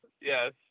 Yes